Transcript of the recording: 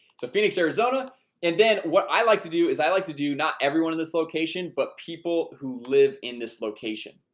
phoenix arizona and then what i like to do is i like to do not everyone in this location but people who live in this location.